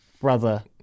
brother